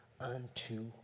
unto